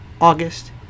August